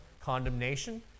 condemnation